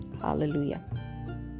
hallelujah